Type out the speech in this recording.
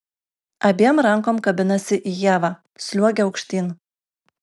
abiem rankom kabinasi į ievą sliuogia aukštyn